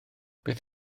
beth